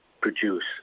produce